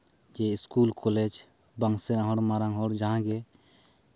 ᱠᱤ school college ᱵᱟᱝ ᱥᱮᱱᱚᱜ ᱦᱚᱲ ᱢᱟᱨᱟᱝ ᱦᱚᱲ ᱡᱟᱦᱟᱸᱭ ᱜᱮ